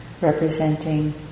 representing